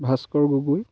Bhaskar Gogoi